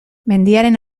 mendiaren